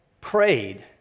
prayed